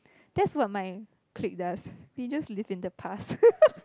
that's what my clique does we just live in the past